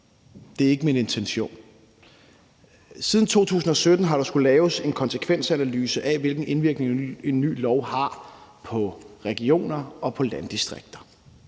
Det er ikke min intention. Siden 2017 har der skullet laves en konsekvensanalyse af, hvilken indvirkning en ny lov har på regioner og på landdistrikter.